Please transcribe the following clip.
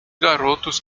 garotos